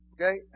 okay